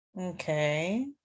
Okay